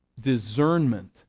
discernment